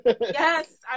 Yes